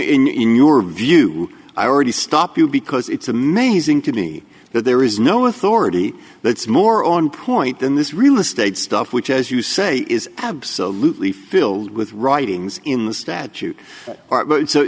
your view i already stop you because it's amazing to me that there is no authority that's more on point in this real estate stuff which as you say is absolutely filled with writings in the statute